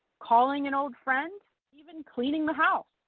calling an old friend, even cleaning the house.